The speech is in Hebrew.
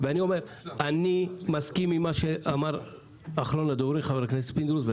אני מסכים עם מה שאמר אחרון הדוברים ח"כ פינדרוס.